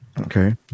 Okay